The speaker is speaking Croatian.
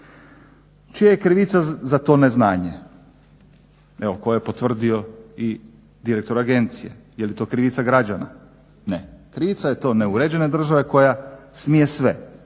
Čija je krivica za to neznanje, evo koje je potvrdio direktor agencije, je li to krivica građana? Ne, krivica je to neuređene države koja smije sve